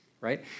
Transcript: right